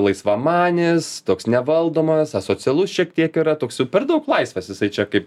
laisvamanis toks nevaldomas asocialus šiek tiek yra toks jau per daug laisvas jisai čia kaip